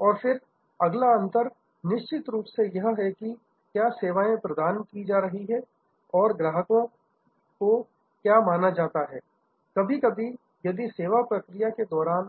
और फिर अगला अंतर निश्चित रूप से यह है कि क्या सेवाएं प्रदान की जा रही है और ग्राहकों को क्या माना जाता है कभी कभी यदि सेवा प्रक्रिया के दौरान